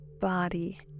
body